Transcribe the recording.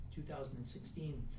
2016